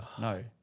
no